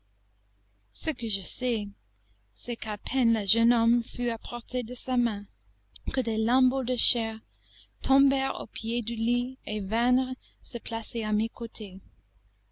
ce que je sais c'est qu'à peine le jeune homme fut à portée de sa main que des lambeaux de chair tombèrent aux pieds du lit et vinrent se placer à mes côtés